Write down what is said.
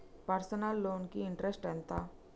Personal loan కి interest ఎంత?